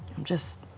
just